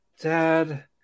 Dad